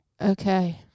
Okay